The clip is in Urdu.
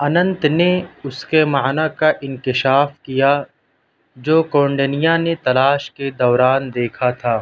اننت نے اس کے معنی کا انکشاف کیا جو کونڈنیا نے تلاش کے دوران دیکھا تھا